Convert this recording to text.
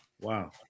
Wow